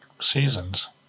Seasons